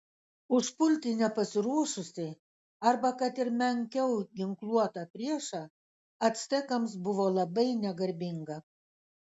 užpulti nepasiruošusį arba kad ir menkiau ginkluotą priešą actekams buvo labai negarbinga